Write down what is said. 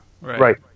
Right